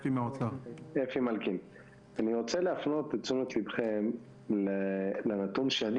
אני רוצה להפנות את תשומת לבכם לנתון שאני